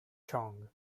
chong